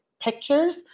pictures